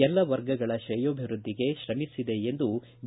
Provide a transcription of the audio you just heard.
ಎಲ್ಲ ವರ್ಗಗಳ ತ್ರೇಯೋಭಿವೃದ್ಧಿಗೆ ತ್ರಮಿಸಿದೆ ಎಂದು ಬಿ